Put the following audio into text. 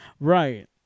Right